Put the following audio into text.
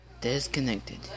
Disconnected